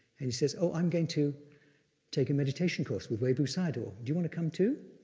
and he says, oh, i'm going to take a meditation course with webu sayadaw. do you wanna come, too?